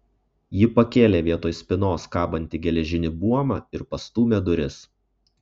ji pakėlė vietoj spynos kabantį geležinį buomą ir pastūmė duris